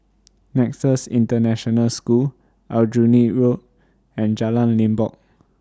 Nexus International School Aljunied Road and Jalan Limbok